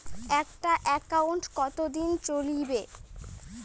একটা একাউন্ট কতদিন চলিবে?